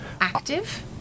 active